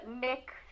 Nick